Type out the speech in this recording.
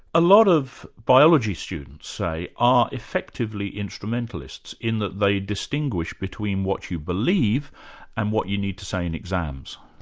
a lot of biology students say, are effectively instrumentalists in that they distinguish between what you believe and what you need to say in exams.